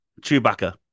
Chewbacca